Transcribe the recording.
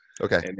Okay